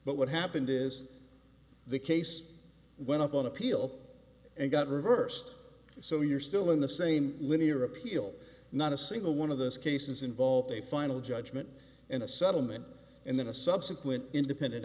but what happened is the case went up on appeal and got reversed so you're still in the same linear appeal not a single one of those cases involve a final judgment and a settlement and then a subsequent independent